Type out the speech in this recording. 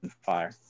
fire